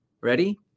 ready